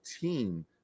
team